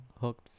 hooked